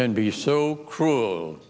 can be so cruel